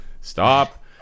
Stop